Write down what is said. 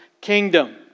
kingdom